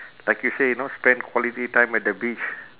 like you say know spend quality time at the beach